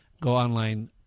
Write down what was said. go-online